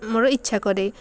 ମୋର ଇଚ୍ଛା କରେ